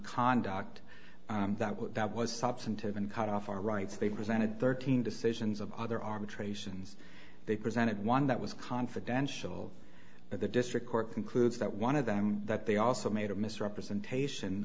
conduct that what that was substantive and cut off our rights they presented thirteen decisions of other arbitrations they presented one that was confidential at the district court concludes that one of them that they also made a misrepresentation